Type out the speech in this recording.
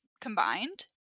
combined